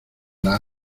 las